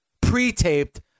pre-taped